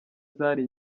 zari